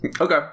Okay